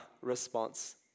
response